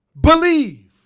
believe